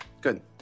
Good